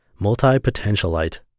Multipotentialite